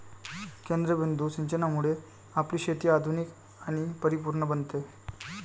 केंद्रबिंदू सिंचनामुळे आपली शेती आधुनिक आणि परिपूर्ण बनते